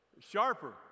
Sharper